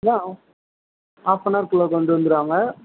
yeah half and half அவருக்குள்ளே கொண்டு வந்துடுவாங்க